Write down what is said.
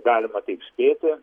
galima taip spėti